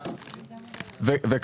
רוצים.